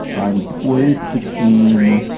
i'm poised between.